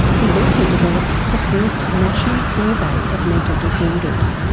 he's also developed the first national survey of mental disorders.